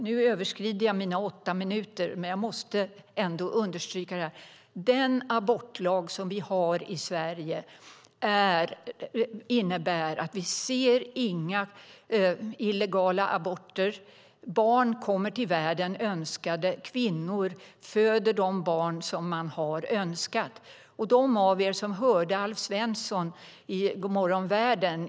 Nu överskrider jag mina åtta minuter, men jag måste ändå understryka att den abortlag som vi har i Sverige innebär att vi inte ser några illegala aborter. Barn kommer till världen önskade. Kvinnor föder de barn de har önskat. De av er som hörde Alf Svensson i Godmorgon, världen!